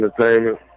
Entertainment